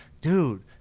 dude